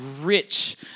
rich